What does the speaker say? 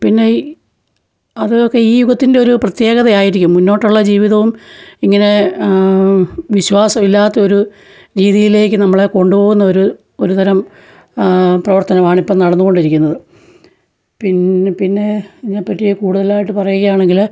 പിന്നെയീ അതൊക്കെ ഈ യുഗത്തിൻറ്റൊരു പ്രത്യേകതയായിരിക്കും മുന്നോട്ടുള്ള ജീവിതവും ഇങ്ങനേ വിശ്വാസമില്ലാത്തൊരു രീതിയിലേക്ക് നമ്മളെ കൊണ്ടുപോകുന്നൊരു ഒരുതരം പ്രവർത്തനമാണ് ഇപ്പോള് നടന്നുകൊണ്ടിരിക്കുന്നത് പിന്നെ പിന്നേ ഇതിനെപ്പറ്റി കൂടുതലായിട്ട് പറയുകയാണെങ്കില്